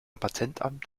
patentamt